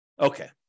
Okay